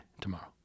tomorrow